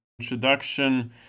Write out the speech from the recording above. introduction